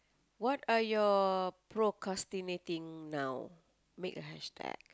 what are your procrastinating now make a hashtag